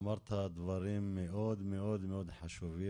אמרת דברים מאוד מאוד חשובים,